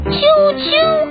Choo-choo